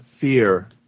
fear